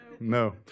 No